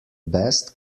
best